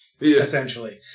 essentially